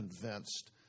convinced